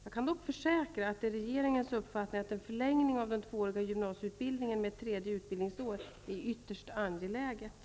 Jag kan dock försäkra att det är regeringens uppfattning att en förlängning av den tvååriga gymnasieutbildningen med ett tredje utbildningsår är ytterst angelägen.